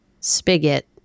spigot